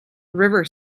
river